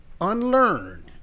unlearned